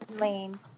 Lane